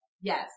Yes